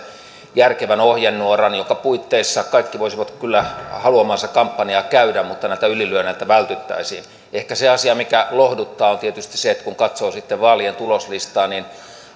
järkevän ohjenuoran jonka puitteissa kaikki voisivat kyllä haluamaansa kampanjaa käydä mutta näiltä ylilyönneiltä vältyttäisiin ehkä se asia mikä lohduttaa on tietysti se että kun katsoo sitten vaalien tuloslistaa niin